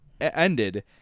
ended –